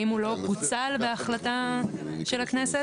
האם הוא לא פוצל בהחלטה של הכנסת?